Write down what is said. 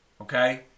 Okay